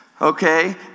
okay